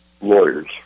lawyers